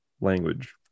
language